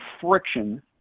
friction